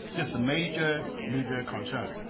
just a major, major concern.